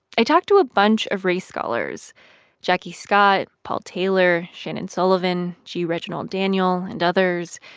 i talked to a bunch of race scholars jackie scott, paul taylor, shannon sullivan, g. reginald daniel and others.